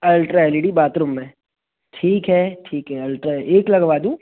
ultra L E D bathroom में ठीक है ठीक है अल्टरा एक लगवा दूँ